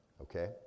Okay